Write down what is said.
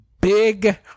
Big